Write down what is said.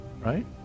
right